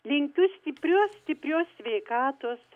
linkiu stiprios stiprios sveikatos